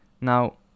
Now